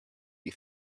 you